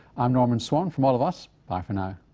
i'm norman swan. from all of us, bye for and